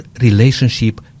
relationship